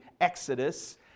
Exodus